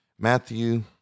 Matthew